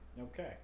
Okay